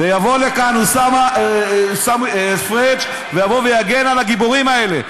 ויבוא לכאן פריג' ויבוא ויגן על הגיבורים האלה,